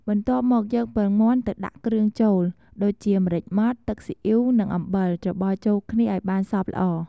បន្ទាប់មកយកពងមាន់ទៅដាក់គ្រឿងចូល ដូចជា ម្រេចម៉ដ្ឋ ទឹកស៊ីអ៉ីវ និងអំបិល ច្របល់ចូលគ្នាឱ្យបានសព្វល្អ។